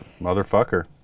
Motherfucker